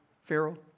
Pharaoh